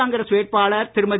காங்கிரஸ் வேட்பாளர் திருமதி